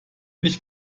nicht